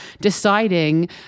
deciding